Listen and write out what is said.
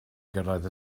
gyrraedd